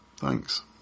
Thanks